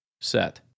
set